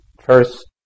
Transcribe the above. First